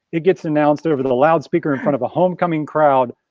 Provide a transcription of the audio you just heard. it gets announced over the loudspeaker in front of a homecoming crowd.